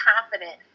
confident